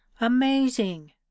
AMAZING